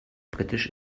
britisch